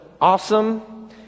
awesome